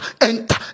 enter